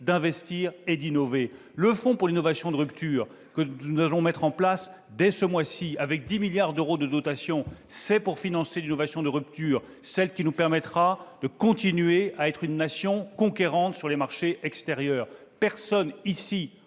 d'investir et d'innover. Le Fonds pour l'innovation de rupture, que nous allons mettre en place dès ce mois-ci avec 10 milliards d'euros de dotation, aura pour objet de financer l'innovation de rupture, laquelle nous permettra de continuer à être une nation conquérante sur les marchés extérieurs. Personne ici,